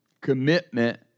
commitment